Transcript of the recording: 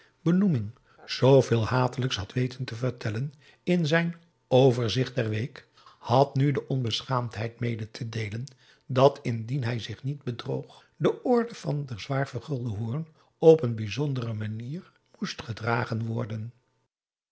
benoeming zooveel hatelijks had weten te vertellen in zijn overzicht der week had nu de onbeschaamdheid mede te deelen dat indien hij zich niet bedroog de orde van den zwaar vergulden hoorn op een bijzondere manier moest gedragen worden